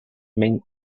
main